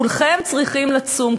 כולכם צריכים לצום,